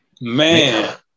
Man